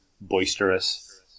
boisterous